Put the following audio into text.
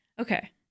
Okay